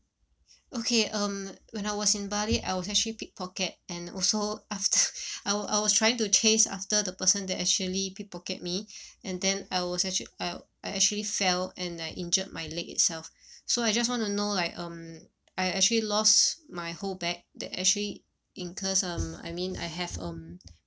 okay um when I was in bali I was actually pick pocket and also after I was I was trying to chase after the person that actually pick pocket me and then I was actua~ I actually fell and I injured my leg itself so I just wanna know like um I actually lost my whole bag that actually incurs um I mean I have um